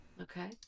Okay